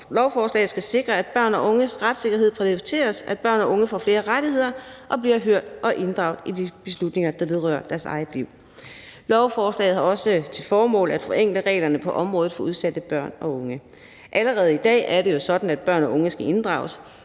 Lovforslaget skal sikre, at børn og unges retssikkerhed prioriteres, at børn og unge får flere rettigheder og bliver hørt og inddraget i de beslutninger, der vedrører deres eget liv. Lovforslaget har også til formål at forenkle reglerne på området for udsatte børn og unge. Allerede i dag er det jo sådan, at børn og unge skal inddrages,